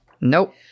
Nope